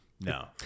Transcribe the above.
No